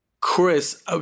Chris